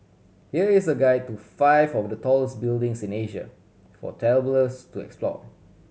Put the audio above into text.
here is a guide to five of the tallest buildings in Asia for travellers to explore